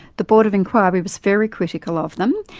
the board of inquiry was very critical ah of them,